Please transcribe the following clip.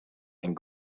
and